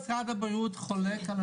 הבריאות חולק?